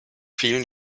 vielen